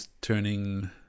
turning